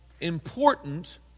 important